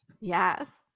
Yes